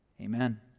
Amen